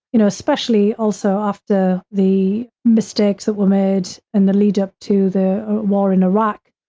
you know, especially also, after the mistakes that were made in the lead up to the war in iraq,